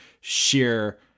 sheer